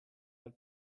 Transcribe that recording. del